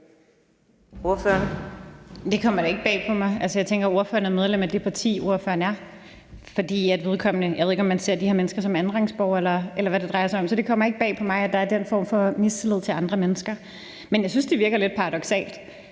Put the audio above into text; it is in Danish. Det kommer da ikke bag på mig. Altså, jeg tænker, at ordføreren er medlem af det parti, ordføreren er. Og jeg ved ikke, om man ser de her mennesker som andenrangsborgere, eller hvad det drejer sig om. Så det kommer ikke bag på mig, at der er den form for mistillid til andre mennesker. Men jeg synes, det virker lidt paradoksalt,